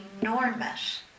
enormous